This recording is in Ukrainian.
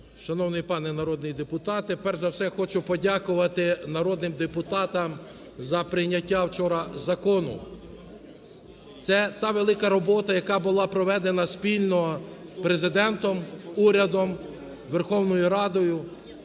Шановний пане народний депутате! Перш за все хочу подякувати народним депутатам за прийняття вчора закону. Це та велика робота, яка була проведена спільно Президентом, урядом, Верховною Радою,